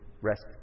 rest